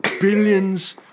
Billions